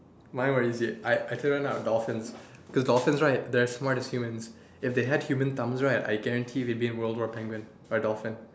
mine what is it I actually went out with dolphins cause dolphins right they are as smart as humans if they have human arms right I guarantee ray been were penguins or dolphin